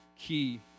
key